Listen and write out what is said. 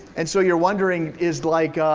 and so you're wondering is like,